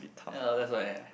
ya that's why